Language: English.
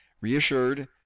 reassured